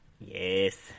Yes